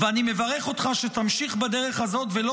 "ואני מברך אותך שתמשיך בדרך הזאת ולא